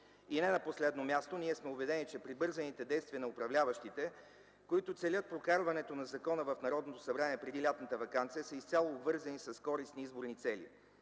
Не на последно място, ние сме убедени, че прибързаните действия на управляващите, които целят прокарването на закона в Народното събрание преди лятната ваканция, са изцяло обвързани с користни изборни цели.